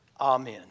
Amen